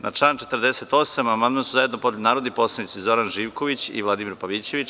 Na član 48. amandman su zajedno podneli narodni poslanici Zoran Živković i Vladimir Pavićević.